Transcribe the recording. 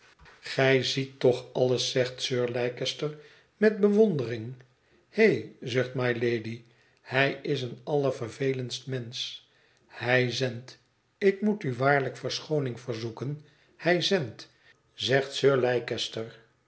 gij ziet toch alles zegt sir leicester met bewondering he zucht mylady hij is een allervervelendst mensch hij zendt ik moet u waarlijk verschooning verzoeken hij zendt zegt sir